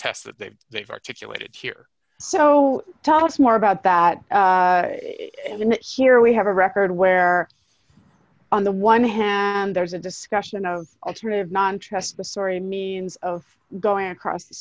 test that they've they've articulated here so tell us more about that here we have a record where on the one hand there's a discussion of alternative non trust the story means of going across the